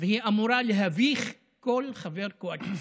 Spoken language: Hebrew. והיא אמורה להביך כל חבר קואליציה.